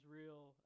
real